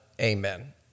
Amen